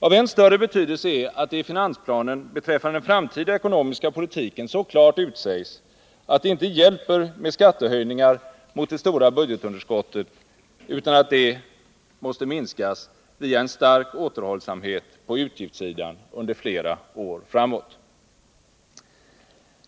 Av än större betydelse är att det i finansplanen beträffande den framtida ekonomiska politiken så klart utsägs, att det inte hjälper med skattehöjningar mot det stora budgetunderskottet, utan att detta måste minskas via en stark återhållsamhet på utgiftssidan under flera år framåt.